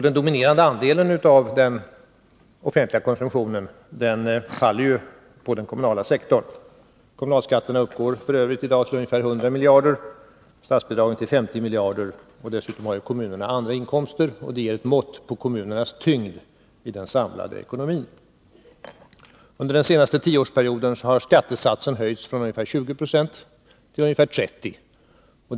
Den dominerande andelen av den offentliga konsumtionen faller på den kommunala sektorn. Kommunalskatterna uppgår i dag till ungefär 100 miljarder och statsbidragen till kommunerna till inemot 50 miljarder. Dessutom har kommunerna andra inkomster. Detta ger ett mått på kommunernas tyngd i den samlade ekonomin. Under den senaste tioårsperioden har skattesatsen höjts från ungefär 20 96 till ca 30 26.